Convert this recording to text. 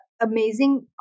amazing